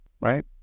right